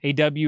AW